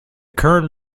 current